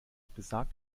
besagt